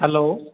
hello